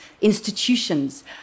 institutions